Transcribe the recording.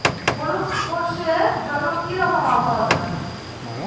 হলুদ সরষে জন্য কি রকম আবহাওয়ার দরকার?